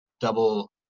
double